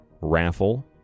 raffle